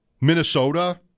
Minnesota